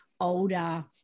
older